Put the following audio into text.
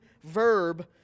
verb